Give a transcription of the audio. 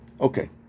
Okay